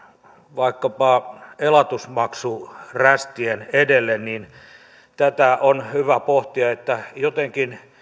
vaikkapa elatusmaksurästien edelle tätä on hyvä pohtia jotenkin